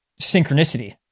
synchronicity